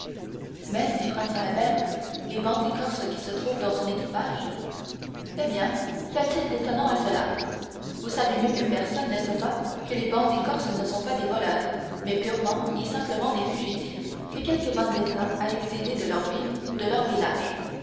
mais dit franz à albert les bandits corses qui se trouvent dans son équipage eh bien qu'y a-t-il d'étonnant à cela vous savez mieux que personne n'est-ce pas que les bandits corses ne sont pas des voleurs mais purement et simplement des fugitifs que quelque vendetta a exilés de leur ville ou de leur village